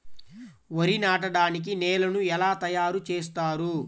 వరి నాటడానికి నేలను ఎలా తయారు చేస్తారు?